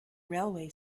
railway